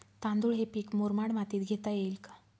तांदूळ हे पीक मुरमाड मातीत घेता येईल का?